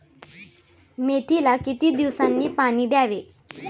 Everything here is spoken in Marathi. मेथीला किती दिवसांनी पाणी द्यावे?